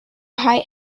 height